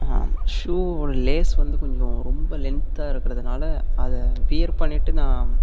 ஷூவோட lace வந்து கொஞ்சம் ரொம்ப லென்த்தாக இருக்கிறதுனால அதை வியர் பண்ணிட்டு நான்